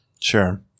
sure